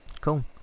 Cool